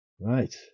Right